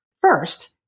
First